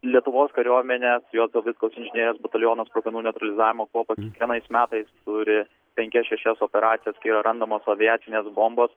lietuvos kaiuomenės juozo vitkaus inžinerijos bataliono sprogmenų neutralizavimo kuopa kiekvienais metais turi penkias šešias operacijas kai yra randamos aviacinės bombos